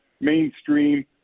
mainstream